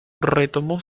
retomó